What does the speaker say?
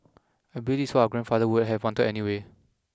I believe this is what our grandfather would have wanted anyway